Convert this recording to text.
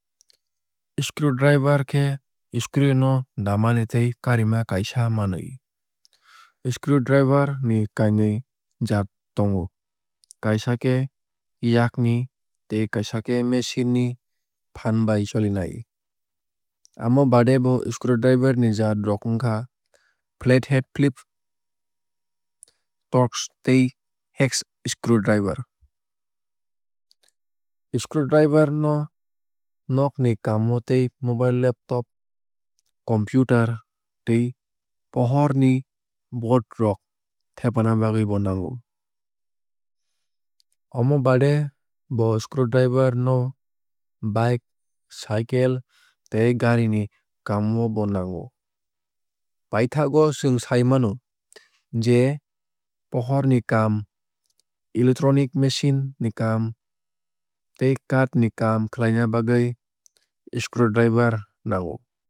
Screwdriver khe screw no damani tei karima kaisa manwui. Screwdriver ni kainui jaat tongo kaisa khe yakni tei kaisa khe machine ni phaan bai cholinai. Amo baade bo screwdriver ni jaat rok wngkha flathead phillip torx tei hex screwdriver. Screwdriver no nog ni kaam o tei mobile laptop computer tei pohor ni board rok thepana bagwui bo nango. Omo baade bo screwdriver no bike cycle tei gari ni kaam o bo nango. Paithakgo chwng sai mano je pohor ni kaam electronic machine ni kaam tei kaath ni kaam khlaina bagwui screwdriver nangno.